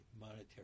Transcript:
monetary